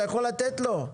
אתה יכול לתת לו?